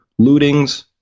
lootings